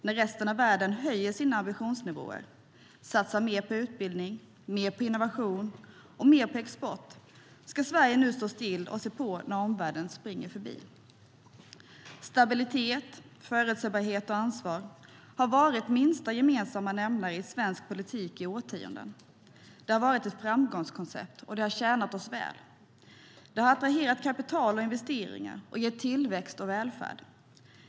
När resten av världen höjer sina ambitionsnivåer och satsar mer på utbildning, mer på innovation och mer på export ska Sverige nu stå still och se på när omvärlden springer förbi. Stabilitet, förutsägbarhet och ansvar har varit minsta gemensamma nämnare för svensk politik i årtionden. Det har varit ett framgångskoncept, och det har tjänat oss väl. Det har attraherat kapital och investeringar och gett tillväxt och välfärd.